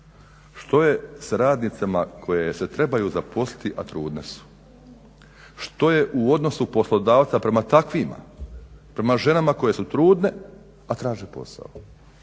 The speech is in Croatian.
Što je s radnicama koje se trebaju zaposliti, a trudne su? Što je u odnosu poslodavca prema takvima, prema ženama koje su trudne, a traže posao?